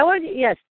yes